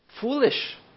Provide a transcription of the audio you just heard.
foolish